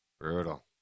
Brutal